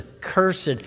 cursed